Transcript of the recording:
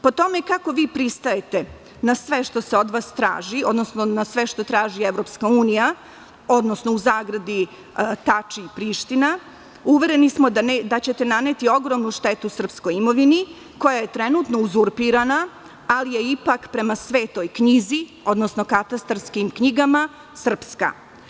Po tome kako pristajete na sve što se od vas traži, odnosno na sve što traži EU, odnosno u zagradi Tači i Priština, uvereni smo da ćete naneti ogromnu štetu srpskoj imovini koja je trenutno uzurpirana ali je ipak prema svetoj knjizi, odnosno katastarskih knjigama, srpska.